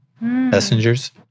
messengers